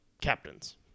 Captains